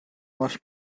most